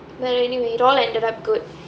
but anyway it all ended up good